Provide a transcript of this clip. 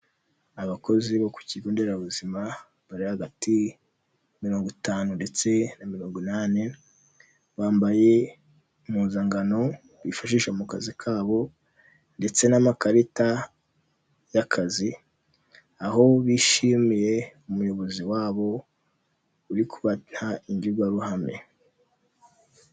Abakozi bo ku kigo nderabuzima bari hagati ya mirongo itanu ndetse na mirongo inani, bambaye impuzangano bifashisha mu kazi kabo, ndetse n'amakarita y'akazi, aho bishimiye umuyobozi wabo uri kubaha imbwirwaruhame.